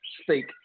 speak